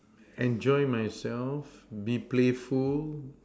enjoy myself be playful